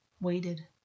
waited